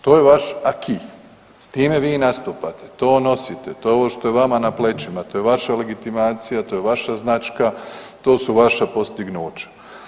To je vaš aqi, s time vi nastupate, to nosite, to je ovo što je vama na plećima, to je vaša legitimacija, to je vaša značka, to su vaša postignuća.